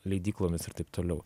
leidyklomis ir taip toliau